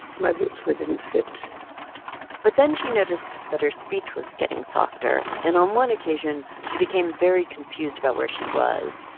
my boots didn't fit but then she noticed that her speech was getting softer. and on one occasion, she became very confused about where she was.